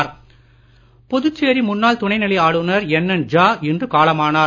என் என் ஜா புதுச்சேரி முன்னாள் துணை நிலை ஆளுநர் என் என் ஜா இன்று காலமானார்